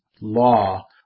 Law